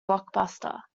blockbuster